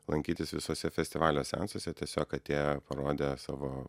lankytis visuose festivalio seansuose tiesiog atėję parodę savo